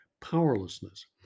powerlessness